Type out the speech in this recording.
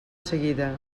seguida